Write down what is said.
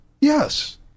yes